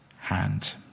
Hand